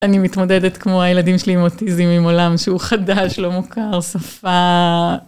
אני מתמודדת כמו הילדים שלי עם אוטיזם עם עולם שהוא חדש, לא מוכר שפה.